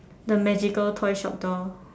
the magical toy shop door